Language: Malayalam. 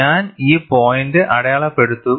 ഞാൻ ഈ പോയിന്റ് അടയാളപ്പെടുത്തും